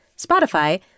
Spotify